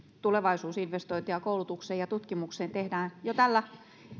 tulevaisuusinvestointeja koulutukseen ja tutkimukseen tehdään jo tällä